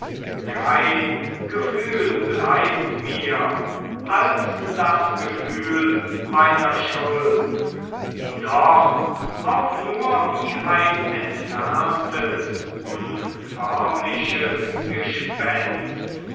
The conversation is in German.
kein gefühl bleibt mir als das gefühl meiner schuld die doch auch nur wie ein entferntes unförmliches gespenst